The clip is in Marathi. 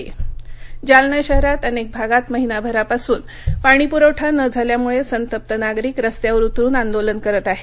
पाणी जालना जालना शहरात अनेक भागात महिनाभरापासून पाणीप्रवठा न झाल्यामुळे संतप्त नागरिक रस्त्यावर उतरुन आंदोलन करत आहेत